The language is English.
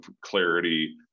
clarity